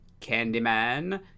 Candyman